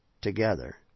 together